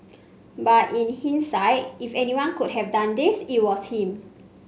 but in hindsight if anyone could have done this it was him